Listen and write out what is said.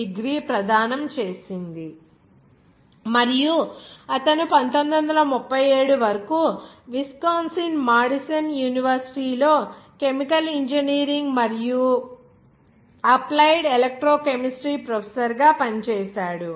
degree ప్రదానం చేసింది మరియు అతను 1937 వరకు విస్కాన్సిన్ మాడిసన్ యూనివర్సిటీ లో కెమికల్ ఇంజనీరింగ్ మరియు అప్లైడ్ ఎలక్ట్రోకెమిస్ట్రీ ప్రొఫెసర్గా పనిచేశాడు